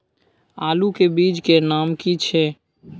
आलू के बीज के नाम की छै?